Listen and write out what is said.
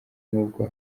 n’ubwo